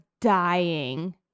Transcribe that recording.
dying